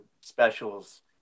specials